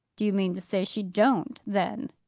do you mean to say she don't, then?